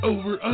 Over